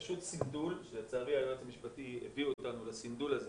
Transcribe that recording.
זה פשוט סנדול שלצערי היועץ המשפטי הביא אותנו אליו.